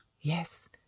Yes